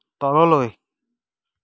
তললৈ